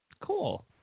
Cool